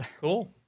Cool